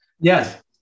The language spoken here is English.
Yes